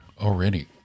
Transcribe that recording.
already